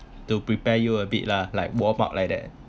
to prepare you a bit lah like warm up like that